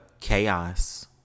chaos